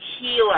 healer